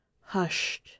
hushed